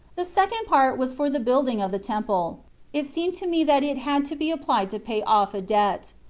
the second part was for the building of the temple it seemed to me that it had to be applied to pay off a debt.